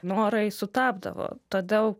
norai sutapdavo todėl